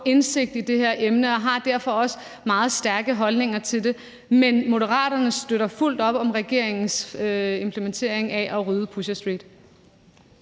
indsigt i det her emne og har derfor også meget stærke holdninger til det. Men Moderaterne støtter fuldt op om regeringens plan om at rydde Pusher Street.